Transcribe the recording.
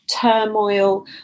turmoil